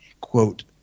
Quote